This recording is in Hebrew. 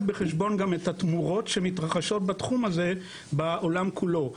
בחשבון גם את התמורות שמתרחשות בתחום הזה בעולם כולו.